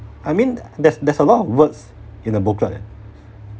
I mean there's there's a lot of words in the booklet